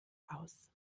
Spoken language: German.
aus